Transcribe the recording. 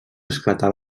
esclatà